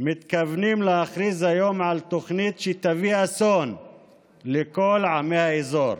מתכוונים להכריז היום על תוכנית שתביא אסון לכל עמי האזור.